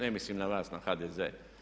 Ne mislim na vas, na HDZ.